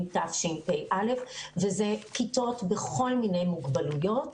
תשפ"א הינו 626. אלה כיתות בכל מיני מוגבלויות.